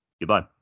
Goodbye